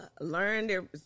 learned